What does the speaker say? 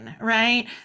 right